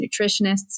nutritionists